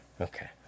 Okay